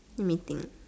let me think